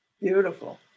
Beautiful